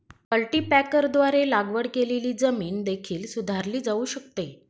कल्टीपॅकरद्वारे लागवड केलेली जमीन देखील सुधारली जाऊ शकते